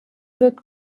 wird